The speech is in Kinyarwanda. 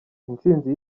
intsinzi